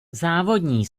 závodní